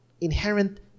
Inherent